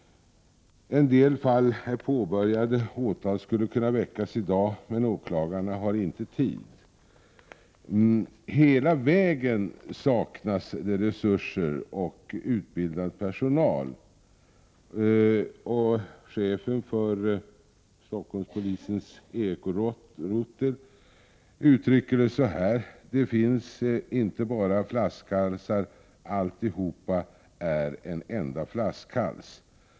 En del fall är påbörjade. Åtal skulle kunna väckas i dag, men åklagarna har inte tid. Hela vägen saknas det resurser och utbildad personal. Chefen för Stockholmspolisens ekorotel uttrycker detta så här: Det finns inte bara flaskhalsar. Alltihop är en enda flaskhals.